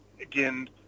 again